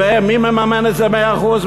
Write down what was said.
ומי מממן את זה ב-100%?